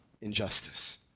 injustice